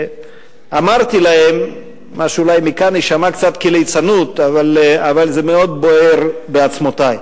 ואמרתי להם מה שאולי מכאן יישמע קצת כליצנות אבל זה מאוד בוער בעצמותי,